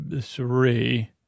three